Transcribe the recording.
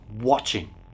watching